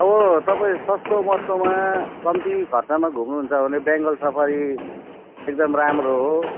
अब तपाईँ सस्तोमस्तोमा कम्ती खर्चमा घुम्नुहुन्छ भने बेङ्गाल सफारी एकदम राम्रो हो